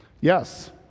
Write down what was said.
Yes